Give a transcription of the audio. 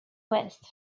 west